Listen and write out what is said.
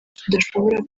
tudashobora